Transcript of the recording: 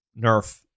nerf